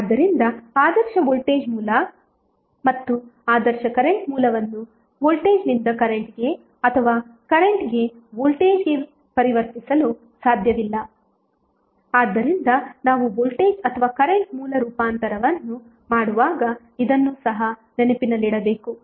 ಆದ್ದರಿಂದ ಆದರ್ಶ ವೋಲ್ಟೇಜ್ ಮೂಲ ಮತ್ತು ಆದರ್ಶ ಕರೆಂಟ್ ಮೂಲವನ್ನು ವೋಲ್ಟೇಜ್ ನಿಂದ ಕರೆಂಟ್ಗೆ ಅಥವಾ ಕರೆಂಟ್ಗೆ ವೋಲ್ಟೇಜ್ಗೆ ಪರಿವರ್ತಿಸಲು ಸಾಧ್ಯವಿಲ್ಲ ಆದ್ದರಿಂದ ನಾವು ವೋಲ್ಟೇಜ್ ಅಥವಾ ಕರೆಂಟ್ ಮೂಲ ರೂಪಾಂತರವನ್ನು ಮಾಡುವಾಗ ಇದನ್ನು ಸಹ ನೆನಪಿನಲ್ಲಿಡಬೇಕು